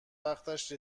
وقتش